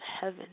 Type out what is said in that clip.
heaven